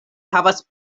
havas